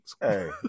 Hey